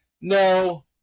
No